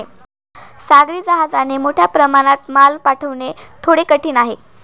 सागरी जहाजाने मोठ्या प्रमाणात माल पाठवणे थोडे कठीण आहे